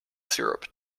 syrup